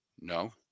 No